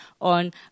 on